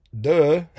duh